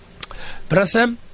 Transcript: Brasem